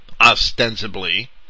ostensibly